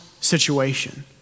situation